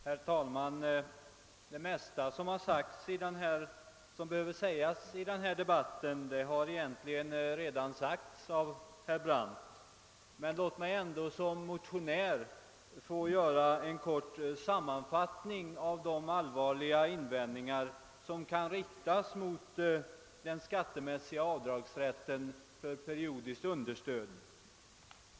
Herr talman! Det mesta som behöver sägas i denna debatt har egentligen redan sagts av herr Brandt. Men låt mig ändå som motionär få göra en kort sammanfattning av de allvarliga invändningar som kan riktas mot rätten till avdrag för periodiskt understöd.